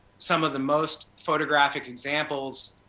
some of the most photographic examples,